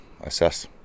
assess